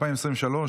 התשפ"ג 2023,